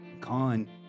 Khan